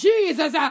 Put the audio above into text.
Jesus